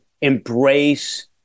embrace